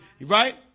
Right